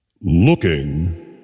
Looking